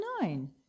nine